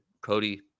Cody